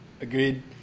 Agreed